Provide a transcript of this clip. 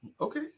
Okay